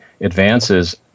advances